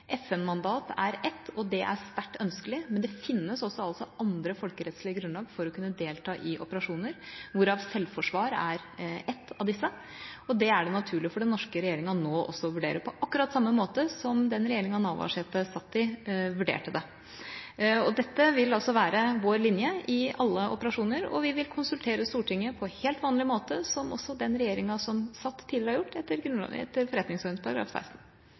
er ett, og det er sterkt ønskelig, men det finnes også andre folkerettslige grunnlag for å kunne delta i operasjoner, hvorav selvforsvar er et av disse. Det er det naturlig for den norske regjeringa å vurdere, på akkurat samme måte som den regjeringa Navarsete satt i, vurderte det. Dette vil være vår linje i alle operasjoner, og vi vil konsultere Stortinget på helt vanlig måte som